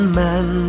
man